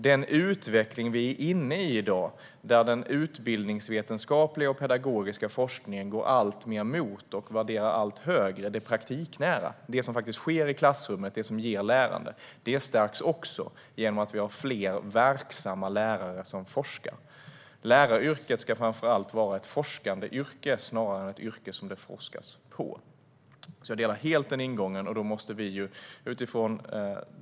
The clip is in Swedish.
Den utveckling vi är inne i i dag där den utbildningsvetenskapliga och pedagogiska forskningen går alltmer mot och värderar det praktiknära allt högre - det som faktiskt sker i klassrummet, det som ger lärande - stärks också genom att vi har fler verksamma lärare som forskar. Läraryrket ska framför allt vara ett forskande yrke snarare än ett yrke som det forskas om. Jag delar alltså helt den uppfattningen.